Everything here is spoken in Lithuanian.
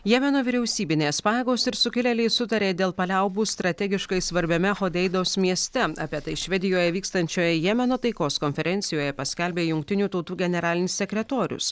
jemeno vyriausybinės pajėgos ir sukilėliai sutarė dėl paliaubų strategiškai svarbiame chodeidos mieste apie tai švedijoje vykstančioje jemeno taikos konferencijoje paskelbė jungtinių tautų generalinis sekretorius